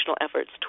efforts